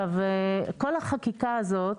כל החקיקה הזאת,